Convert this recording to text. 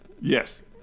yes